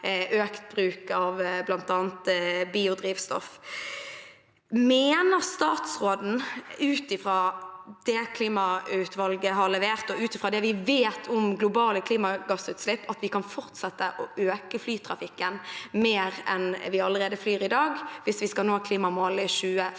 er økt bruk av bl.a. biodrivstoff. Mener statsråden, ut fra det klimautvalget 2050 har levert, og ut fra det vi vet om globale klimagassutslipp, at vi kan fortsette å øke flytrafikken – mer enn vi allerede flyr i dag – hvis vi skal nå klimamålet i 2050?